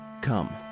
come